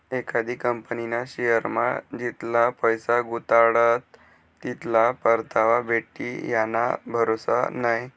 एखादी कंपनीना शेअरमा जितला पैसा गुताडात तितला परतावा भेटी याना भरोसा नै